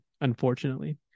Unfortunately